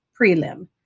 prelim